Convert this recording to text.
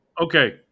Okay